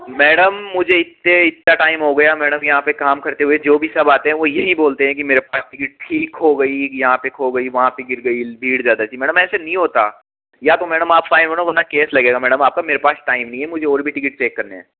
madam मुझे इतने इतना टाइम हो गया मैडम यहाँ पर काम करते हुए जो भी सब आते हैं वह यही बोलते हैं कि मेरे पास टिकट थी खो गई यहाँ पर खो गई वहाँ पर गिर गई भीड़ ज़्यादा थी मैडम ऐसे नहीं होता या तो मैडम आप फाइन भरो वरना केस लगेगा मैडम आपका मेरे पास टाइम नहीं है मुझे और भी टिकट चेक करने हैं